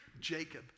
Jacob